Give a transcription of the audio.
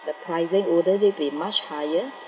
the pricing wouldn't they be much higher